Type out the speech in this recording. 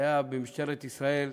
הייתה במשטרת ישראל,